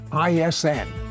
ISN